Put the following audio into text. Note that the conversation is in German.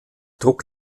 druck